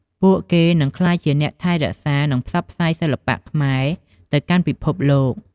ពួកគេនឹងក្លាយជាអ្នកថែរក្សា និងផ្សព្វផ្សាយសិល្បៈខ្មែរទៅកាន់ពិភពលោក។